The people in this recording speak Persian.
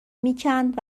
میکند